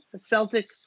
Celtic